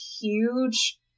huge